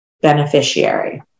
beneficiary